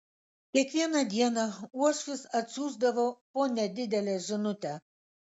kiekvieną dieną uošvis atsiųsdavo po nedidelę žinutę